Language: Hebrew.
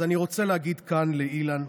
אז אני רוצה להגיד כאן לאילן,